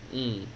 mm